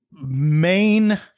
main